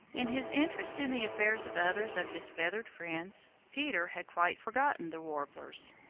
in his interest in the affairs of others of his feathered friends, peter had quite forgotten the warblers.